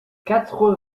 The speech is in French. quatre